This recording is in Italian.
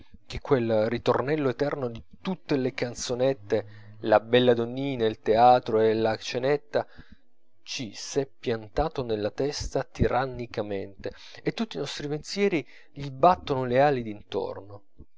che quel ritornello eterno di tutte le canzonette la bella donnina il teatro e la cenetta ci s'è piantato nella testa tirannicamente e tutti i nostri pensieri gli battono le ali dintorno